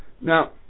Now